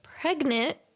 pregnant